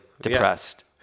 depressed